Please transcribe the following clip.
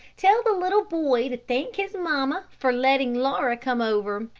tell the little boy to thank his mamma for letting laura come over,